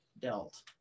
dealt